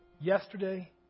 Yesterday